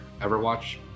Everwatch